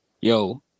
yo